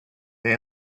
they